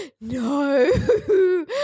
No